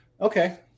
Okay